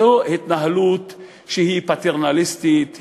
זאת התנהלות שהיא פטרנליסטית,